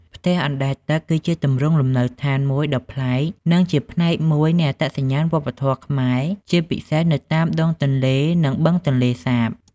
ផ្ទះអណ្ដែតទឹក គឺជាទម្រង់លំនៅឋានមួយដ៏ប្លែក និងជាផ្នែកមួយនៃអត្តសញ្ញាណវប្បធម៌ខ្មែរ ជាពិសេសនៅតាមដងទន្លេ និងបឹងទន្លេសាប។